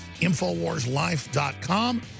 InfoWarsLife.com